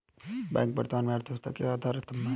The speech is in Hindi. बैंक वर्तमान अर्थव्यवस्था के आधार स्तंभ है